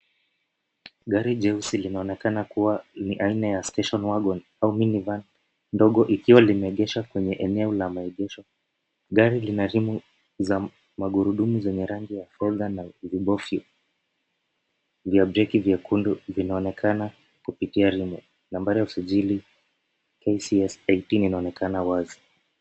Gari jeusi linaonekana kuwa ni haina ya Station wagon au Mini Van dogo ikiwa limeegeshwa kwenye eneo la maengesho. Gari linarimu za magurudumu zenye rangi ya elda na vibofyo vya breki vyekundu vinaonekana kupitia rimu nambari ya usajili KCS 18 inaonekana wazi.